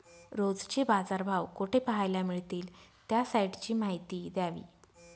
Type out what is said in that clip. रोजचे बाजारभाव कोठे पहायला मिळतील? त्या साईटची माहिती द्यावी